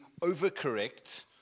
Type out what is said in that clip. overcorrect